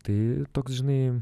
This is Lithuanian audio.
tai toks žinai